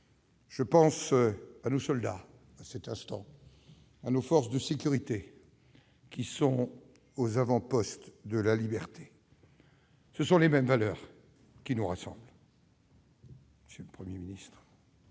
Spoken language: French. Je pense, en cet instant, à nos soldats, à nos forces de sécurité, qui sont aux avant-postes de la liberté. Ce sont les mêmes valeurs qui nous rassemblent. Monsieur le Premier ministre,